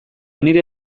nire